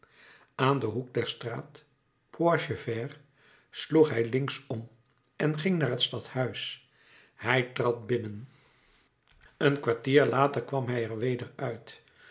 aan den hoek der straat poichevert sloeg hij linksom en ging naar t stadhuis hij trad binnen een kwartier later kwam hij er weder uit